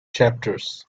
chapters